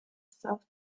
south